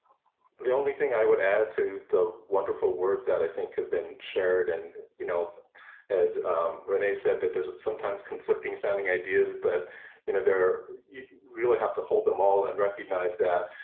the only thing i would add to the wonderful words that i think have been shared, and you know as renee said there's sometimes conflicting sounding ideas, but you know there you really have to hold them all and recognize that